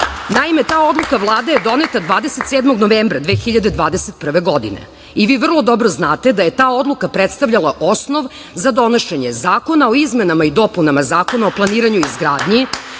Naime, ta Odluka Vlade je doneta 27. novembra 2021. godine i vi vrlo dobro znate da je ta Odluka predstavljala osnov za donošenje zakona o izmenama i dopunama Zakona o planiranju i izgradnji,